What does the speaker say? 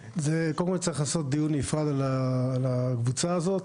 קודם כל צריך לעשות דיון נפרד על הקבוצה הזאת.